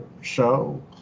show